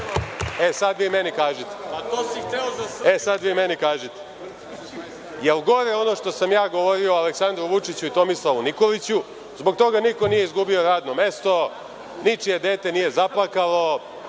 gospodine Pajtiću? Sad vi meni kažite da li je gore ono što sam ja govorio o Aleksandru Vučiću i Tomislavu Nikoliću? Zbog toga niko nije izgubio radno mesto, ničije dete nije zaplakalo,